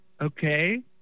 okay